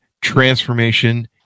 Transformation